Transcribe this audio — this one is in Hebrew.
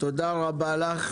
תודה רבה לך.